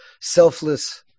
selfless